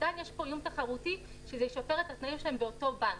עדיין יש פה איום תחרותי וזה ישפר את התנאים שלהם באותו בנק.